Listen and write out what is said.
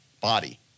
body